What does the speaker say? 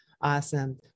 Awesome